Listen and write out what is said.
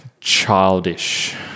childish